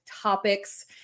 topics